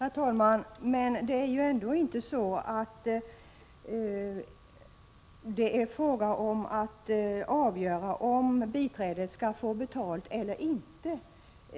Herr talman! Men det är ju ändå inte fråga om att avgöra om biträdet skall få betalt eller inte —